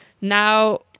now